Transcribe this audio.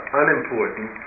unimportant